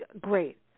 great